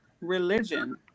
religion